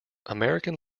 american